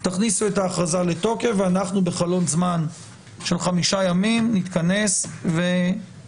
תכניסו את ההכרזה לתוקף ואנחנו בחלון זמן של חמישה ימים נתכנס ונאשר.